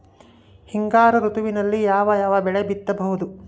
ಹಿಂಗಾರು ಋತುವಿನಲ್ಲಿ ಯಾವ ಯಾವ ಬೆಳೆ ಬಿತ್ತಬಹುದು?